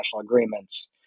agreements